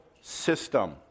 system